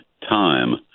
time